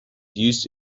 used